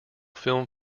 film